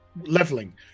leveling